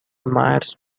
myers